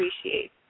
appreciate